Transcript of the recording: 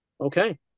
Okay